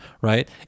right